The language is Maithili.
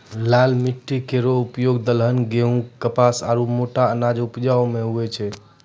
लाल माटी केरो उपयोग दलहन, गेंहू, कपास आरु मोटा अनाज उपजाय म होय छै